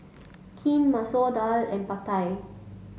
Kheer Masoor Dal and Pad Thai